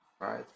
right